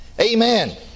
Amen